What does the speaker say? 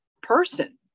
Person